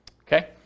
Okay